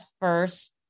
first